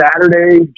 Saturday